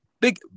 big